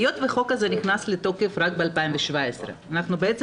היות שהחוק הזה נכנס לתוקף רק ב-2017 אנחנו בעצם